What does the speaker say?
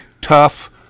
tough